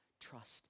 Trust